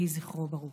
יהיה זכרו ברוך.